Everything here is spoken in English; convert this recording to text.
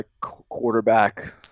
quarterback